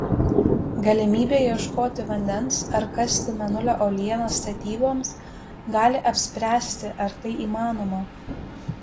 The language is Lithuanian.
galimybė ieškoti vandens ar kasti mėnulio uolienas statyboms gali apspręsti ar tai įmanoma